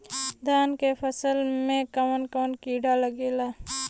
धान के फसल मे कवन कवन कीड़ा लागेला?